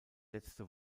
letzte